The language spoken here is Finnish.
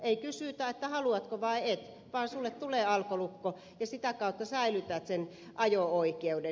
ei kysytä haluatko vai et vaan sinulle tulee alkolukko ja sitä kautta säilytät sen ajo oikeuden